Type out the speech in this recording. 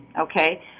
Okay